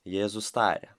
jėzus tarė